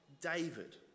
David